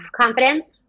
confidence